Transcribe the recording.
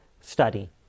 study